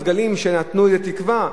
את הדגלים שנתנו איזו תקווה.